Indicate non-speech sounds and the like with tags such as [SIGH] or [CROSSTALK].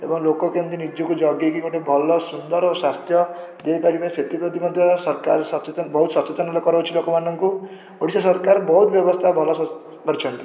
ଏବଂ ଲୋକ କେମିତି ନିଜକୁ ଜଗିକି ଗୋଟେ ଭଲ ସୁନ୍ଦର ସ୍ୱାସ୍ଥ୍ୟ ଦେଇପାରିବେ ସେଥିପ୍ରତି ମଧ୍ୟ ସରକାର ସଚେତନ ବହୁତ ସଚେତନ [UNINTELLIGIBLE] କରାଉଛି ଲୋକମାନଙ୍କୁ ଓଡ଼ିଶା ସରକାର ବହୁତ ବ୍ୟବସ୍ଥା ଭଲ କରିଛନ୍ତି